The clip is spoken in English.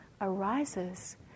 arises